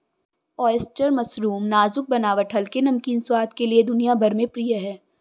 oyster mushroom नाजुक बनावट हल्के, नमकीन स्वाद के लिए दुनिया भर में प्रिय है